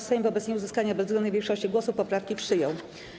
Sejm wobec nieuzyskania bezwzględnej większości głosów poprawki przyjął.